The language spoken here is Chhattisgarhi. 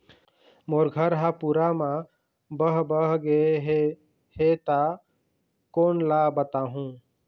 मोर घर हा पूरा मा बह बह गे हे हे ता कोन ला बताहुं?